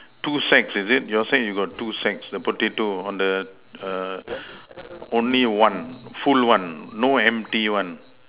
two sacks is it you all say you got two sacks the potato on the err only one full one no empty one